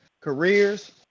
careers